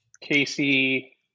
Casey